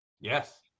Yes